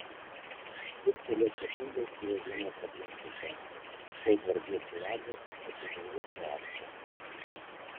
jie kelias sekundes ėjo vienas aplink kitą kol gvardiečių vadas atsidūrė po arka